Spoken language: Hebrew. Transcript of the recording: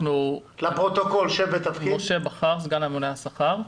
סגן הממונה על השכר.